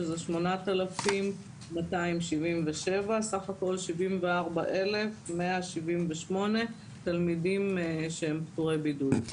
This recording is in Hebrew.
שזה 8,277. סך הכול 74,178 תלמידים שהם פטורי בידוד.